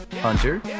Hunter